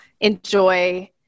enjoy